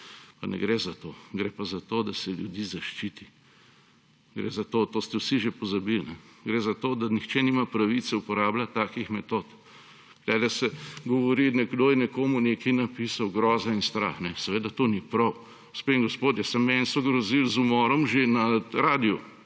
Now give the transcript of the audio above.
Pa ne gre za to, gre pa za to, da se ljudi zaščiti. Gre za to – to ste vsi že pozabili – gre za to, da nihče nima pravice uporabljati takih metod. Tukaj se govori, nekdo je nekomu nekaj napisal – groza in strah. Seveda to ni prav. Gospe in gospodje, samo meni so grozili z umorom že na radiu,